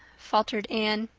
faltered anne,